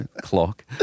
clock